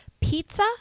pizza